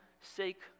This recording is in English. sake